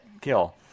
kill